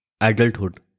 adulthood